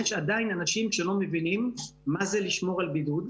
יש עדיין אנשים שלא מבינים מה זה לשמור על בידוד,